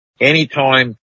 anytime